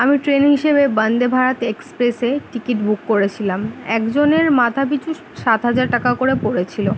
আমি ট্রেন হিসেবে বন্দে ভারত এক্সপ্রেসে টিকিট বুক করেছিলাম একজনের মাথা পিছু সাত হাজার টাকা করে পড়েছিলো